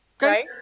Right